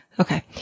Okay